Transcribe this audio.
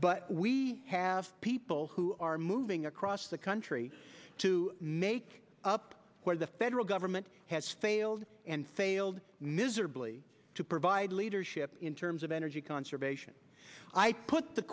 but we have people who are moving across the country to make up where the federal government has failed and failed miserably to provide leadership in terms of energy conservation i put the